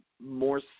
more